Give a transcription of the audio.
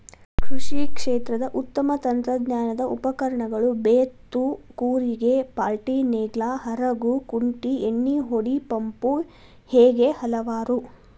ಕೃಷಿ ಕ್ಷೇತ್ರದ ಉತ್ತಮ ತಂತ್ರಜ್ಞಾನದ ಉಪಕರಣಗಳು ಬೇತ್ತು ಕೂರಿಗೆ ಪಾಲ್ಟಿನೇಗ್ಲಾ ಹರಗು ಕುಂಟಿ ಎಣ್ಣಿಹೊಡಿ ಪಂಪು ಹೇಗೆ ಹಲವಾರು